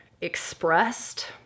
expressed